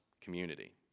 community